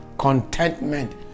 contentment